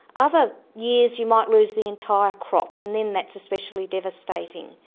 other years you might lose the entire crop, and then that's especially devastating.